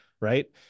right